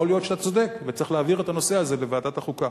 יכול להיות שאתה צודק וצריך להעביר את הנושא הזה לוועדת החוקה.